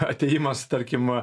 atėjimas tarkim